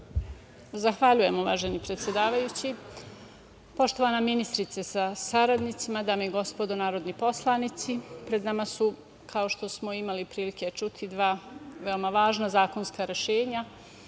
Zahvaljujem, uvaženi predsedavajući. Poštovana ministrice sa saradnicima, dame i gospodo narodni poslanici, pred nama su, kao što smo imali prilike čuti, dva veoma važna zakonska rešenja.